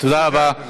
תודה רבה,